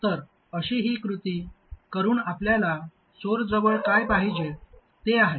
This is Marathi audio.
तर अशी ही कृती करून आपल्याला सोर्सजवळ काय पाहिजे ते आहे